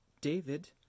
David